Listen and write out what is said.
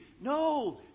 No